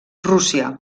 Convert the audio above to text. rússia